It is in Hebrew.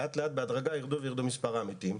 לאט-לאט בהדרגה ירד מספר העמיתים.